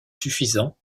suffisant